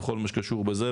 בכל מה שקשור בזה,